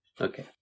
Okay